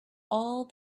all